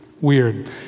weird